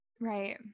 Right